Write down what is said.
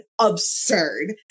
absurd